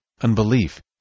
unbelief